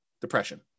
depression